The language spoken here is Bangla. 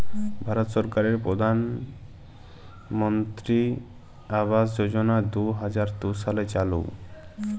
ভারত সরকারের পরধালমলত্রি আবাস যজলা দু হাজার দু সালে চালু